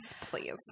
Please